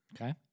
Okay